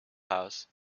house